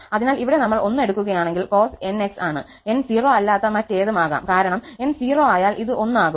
അതിനാൽ ഇവിടെ നമ്മൾ 1 എടുക്കുകയാണെങ്കിൽ cos 𝑛𝑥 ആണ് 𝑛 0 അല്ലാത്ത മറ്റേതും ആകാം കാരണം 𝑛 0 ആയാൽ ഇത് 1 ആകും